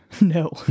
No